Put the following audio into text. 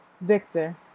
Victor